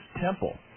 temple